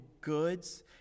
goods